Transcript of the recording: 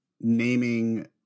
naming